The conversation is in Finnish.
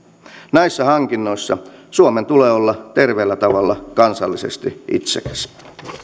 näissä hankinnoissa suomen tulee olla terveellä tavalla kansallisesti itsekäs